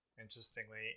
interestingly